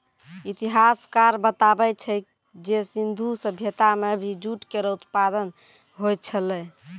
इतिहासकार बताबै छै जे सिंधु सभ्यता म भी जूट केरो उत्पादन होय छलै